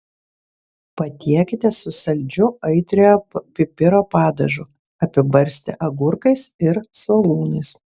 patiekite su saldžiu aitriojo pipiro padažu apibarstę agurkais ir svogūnais